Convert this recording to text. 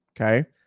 Okay